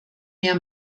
mehr